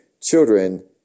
children